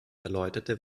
erläuterte